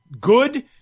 good